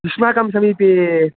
युष्माकं समीपे